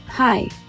Hi